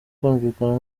kumvikana